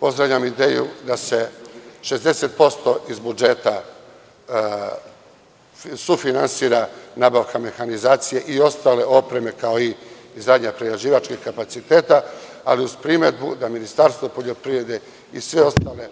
Pozdravljam ideju da se 60% iz budžeta sufinansira za nabavku mehanizacije i ostale opreme, kao izgradnja prerađivačkih kapaciteta, ali uz primedbu da Ministarstvo poljoprivrede i sve ostale